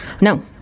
No